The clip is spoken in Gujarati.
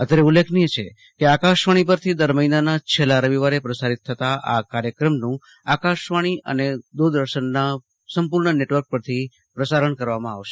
અત્રે ઉલ્લેખનીય છે કે આકાશવાણી પરથી દર મહિનાના છેલ્લા રવિવારે પ્રસારિત થતાં આ કાર્યક્રમનું આકાસવાણી અને દુરદર્શનના પુરા નેટવર્ક પરથી સહ પ્રસારિત કરાશે